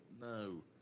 no